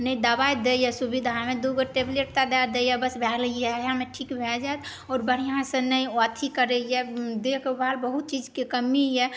ने दबाइ दैया सुविधामे दू गो टैबलेट टा दए दैया बस भए गेलै यहएमे ठीक भए जायत आओर बढ़ियाँ से नहि अथी करैए देखभाल बहुत चीजके कमी यऽ